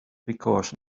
because